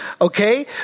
Okay